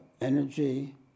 energy